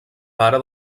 pare